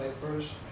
papers